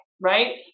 Right